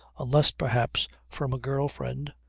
unless perhaps from a girl-friend.